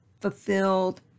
fulfilled